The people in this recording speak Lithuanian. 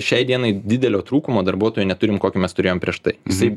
šiai dienai didelio trūkumo darbuotojų neturim kokį mes turėjom prieš tai jisai